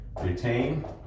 retain